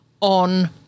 on